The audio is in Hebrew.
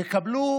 יקבלו